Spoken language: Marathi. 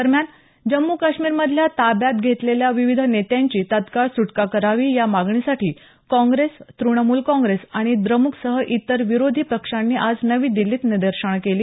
दरम्यान जम्मू काश्मीरमधल्या ताब्यात घेतलेल्या विविध नेत्यांची तत्काळ सुटका करावी या मागणीसाठी काँग्रेस तुणमूल काँग्रेस आणि द्रमुकसह इतर विरोधी पक्षांनी आज नवी दिल्लीत निदर्शनं केली